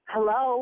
Hello